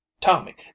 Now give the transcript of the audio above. Tommy